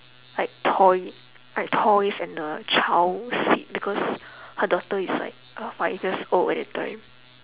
like toy like toys and a child seat because her daughter is like uh five years old at that time